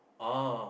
oh